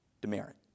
demerit